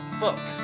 book